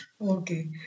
okay